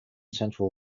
central